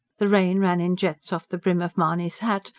the rain ran in jets off the brim of mahony's hat,